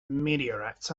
meteorites